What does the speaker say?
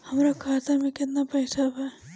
हमरा खाता में केतना पइसा बा?